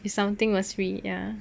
if something was free ya